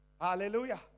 Hallelujah